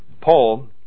Paul